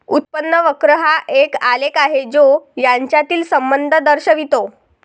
उत्पन्न वक्र हा एक आलेख आहे जो यांच्यातील संबंध दर्शवितो